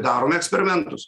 darome eksperimentus